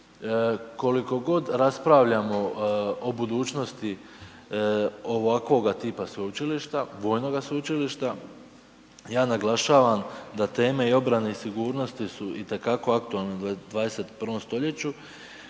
Koliko god raspravljamo o budućnosti ovakvoga tipa sveučilišta, vojnoga sveučilišta, ja naglašavam da teme i obrane i sigurnosti su itekako aktualne u 21. st.,